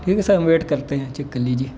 ٹھیک ہے سر ہم ویٹ کرتے ہیں چیک کر لیجیے